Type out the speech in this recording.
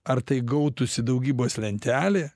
ar tai gautųsi daugybos lentelė